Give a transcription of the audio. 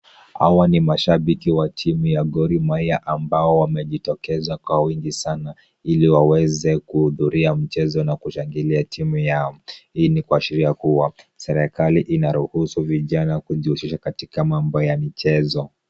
Hawa ni mashabiki wa timu Gormahia, ambao wamejitokeza kwa wingi sana. Ili waweze kuhudhuria mchezo, na kushangilia timu yao. Hii ni kushiria kuwa, serikali inaruhusu vijana kujihusisha katika mambo ya michezo.